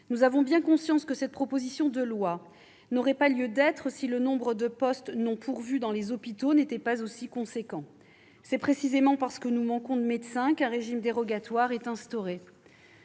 Nous avons bien conscience que cette proposition de loi n'aurait pas lieu d'être si le nombre de postes non pourvus dans les hôpitaux n'était pas aussi important. C'est précisément parce que nous manquons de médecins qu'un régime dérogatoire a été instauré.